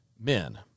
men